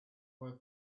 have